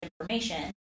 information